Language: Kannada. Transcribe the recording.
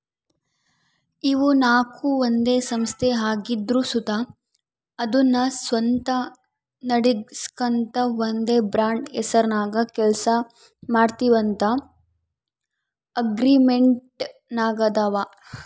ಇವು ನಾಕು ಒಂದೇ ಸಂಸ್ಥೆ ಆಗಿದ್ರು ಸುತ ಅದುನ್ನ ಸ್ವಂತ ನಡಿಸ್ಗಾಂತ ಒಂದೇ ಬ್ರಾಂಡ್ ಹೆಸರ್ನಾಗ ಕೆಲ್ಸ ಮಾಡ್ತೀವಂತ ಅಗ್ರಿಮೆಂಟಿನಾಗಾದವ